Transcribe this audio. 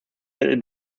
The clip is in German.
mittel